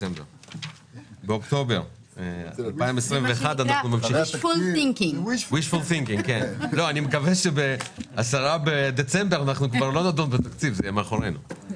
באוקטובר 2021. אנחנו